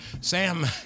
Sam